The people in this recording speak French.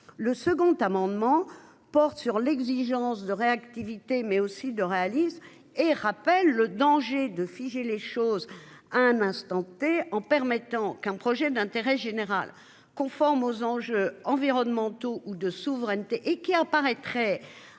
le second amendement porte sur l'exigence de réactivité mais aussi de réalisme et rappellent le danger de figer les choses à un instant T, en permettant qu'un projet d'intérêt général conforme aux enjeux environnementaux ou de souveraineté et qui apparaîtrait